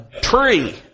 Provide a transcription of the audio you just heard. tree